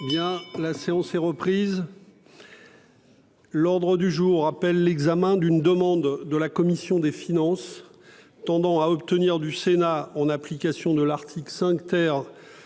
La séance est reprise. L'ordre du jour appelle l'examen d'une demande de la commission des finances tendant à obtenir du Sénat, en application de l'article 5